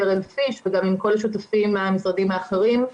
הראל-פיש וגם עם כל השותפים מהמשרדים האחרים.